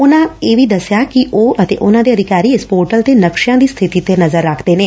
ਉਨੂਾ ਇਹ ਵੀ ਦਸਿਆ ਕਿ ਉਹ ਅਤੇ ਉਨੂਾ ਦੇ ਅਧਿਕਾਰੀ ਇਸ ਪੋਰਟਲ ਤੇ ਨਕਸਿਆਂ ਦੀ ਸਬਿਤੀ ਤੇ ਨਜ਼ਰ ਰੱਖਦੇ ਨੇ